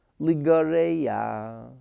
Ligareya